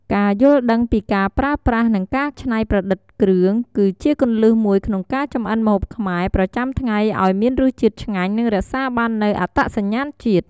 ការយល់ដឹងពីការប្រើប្រាស់ និងការច្នៃប្រឌិតគ្រឿង គឺជាគន្លឹះមួយក្នុងការចម្អិនម្ហូបខ្មែរប្រចាំថ្ងៃឱ្យមានរសជាតិឆ្ងាញ់ និងរក្សាបាននូវអត្តសញ្ញាណជាតិ។